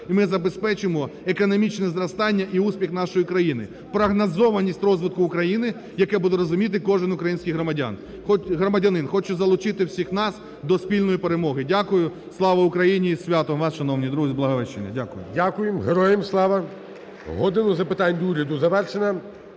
і ми забезпечимо економічного зростання і успіх нашої країни, прогнозованість розвитку України, яке буде розуміти кожен український громадянами. Хочу залучити всіх нас до спільної перемоги. Дякую. Слава Україні! Із святом вас, шановні друзі, із Благовіщеням! Дякую. ГОЛОВУЮЧИЙ. Дякуємо. Героям Слава! "Годину запитань до Уряду" завершено.